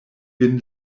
vin